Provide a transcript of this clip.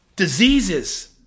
Diseases